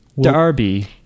Darby